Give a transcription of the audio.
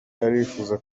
arifuza